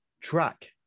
track